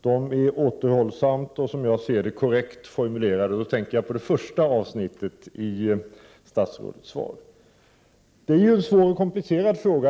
De är återhållsamt och, som jag ser det, korrekt formulerade — då tänker jag på det 3 Relationerna mellan kyrka och stat är en svår och komplicerad fråga.